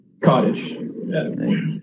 Cottage